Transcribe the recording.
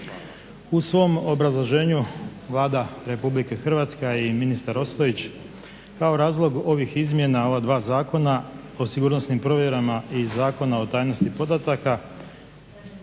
U svom obrazloženju Vlada Republike Hrvatske, a i ministar Ostojić, kao razlog ovih izmjena ova dva Zakona o sigurnosnim provjerama i Zakona o tajnosti podataka,